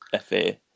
FA